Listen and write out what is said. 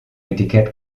etikett